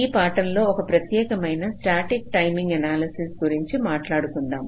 ఈ పాఠంలో లో ఒక ప్రత్యేకమైన స్టాటిక్ టైమింగ్ ఎనాలసిస్ గురించి మాట్లాడుకుందాం